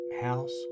house